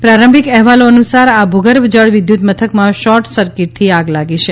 પ્રારંભિક અહેવાલો અનુસાર આ ભૂગર્ભ જળ વિદ્યુત મથકમાં શોર્ટ સર્કિટથીઆગ લાગી છે